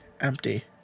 Empty